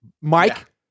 Mike